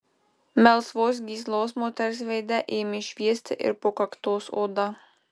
melsvos gyslos moters veide ėmė šviesti ir po kaktos oda